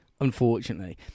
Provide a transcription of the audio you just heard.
Unfortunately